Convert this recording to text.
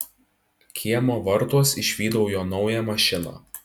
kiemo vartuos išvydau jo naują mašiną